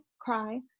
cry